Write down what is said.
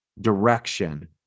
direction